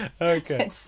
Okay